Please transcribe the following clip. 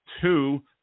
two